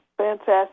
Fantastic